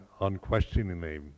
unquestioningly